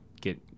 get